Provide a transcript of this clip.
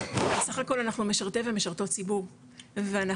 כי בסך הכול אנחנו משרתי ומשרתות ציבור ואנחנו,